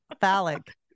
Phallic